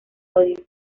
parodias